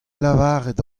lavaret